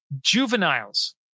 juveniles